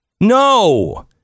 No